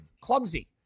clumsy